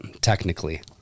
technically